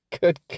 Good